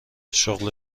شغل